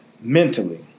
mentally